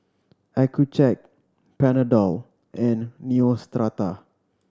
Accucheck Panadol and Neostrata